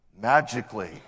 magically